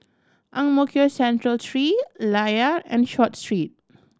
Ang Mo Kio Central Three Layar and Short Street